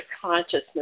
consciousness